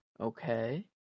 Okay